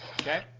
okay